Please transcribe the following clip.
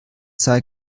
sei